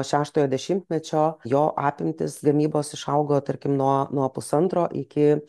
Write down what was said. šeštojo dešimtmečio jo apimtys gamybos išaugo tarkim nuo nuo pusantro iki